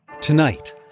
Tonight